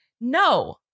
no